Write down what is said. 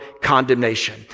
condemnation